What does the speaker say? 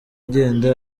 agenda